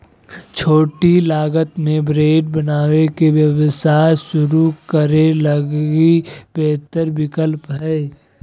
छोटी लागत में ब्रेड बनावे के व्यवसाय शुरू करे लगी बेहतर विकल्प हइ